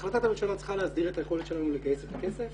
החלטת הממשלה צריכה להסדיר את היכולת שלנו לגייס את הכסף,